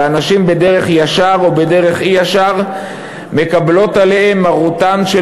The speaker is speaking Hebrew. והנשים בדרך ישר או בדרך אי-ישר מקבלות עליהן מרותם של